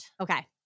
Okay